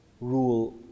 rule